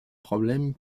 problèmes